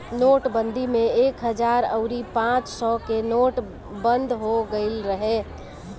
नोटबंदी में एक हजार अउरी पांच सौ के नोट बंद हो गईल रहे